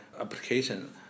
application